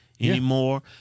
anymore